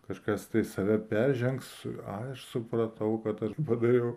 kažkas tai save peržengs aš supratau kad aš padariau